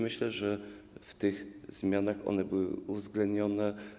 Myślę, że w tych zmianach one były uwzględnione.